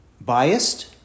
biased